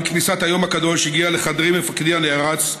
עם כניסת היום הקדוש הגיע לחדרי מפקדי הנערץ,